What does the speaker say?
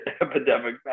epidemic